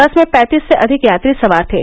बस में पैंतीस से अधिक यात्री सवार थे